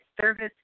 service